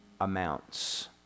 amounts